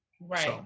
Right